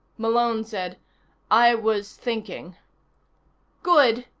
malone said i was thinking good,